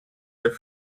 their